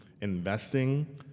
investing